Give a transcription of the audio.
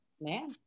man